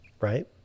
Right